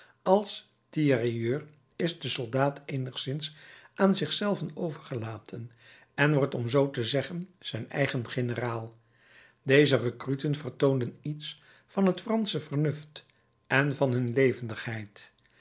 als tirailleur is de soldaat eenigszins aan zich zelven overgelaten en wordt om zoo te zeggen zijn eigen generaal deze rekruten vertoonden iets van het fransche vernuft en van hun levendigheid